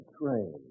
Train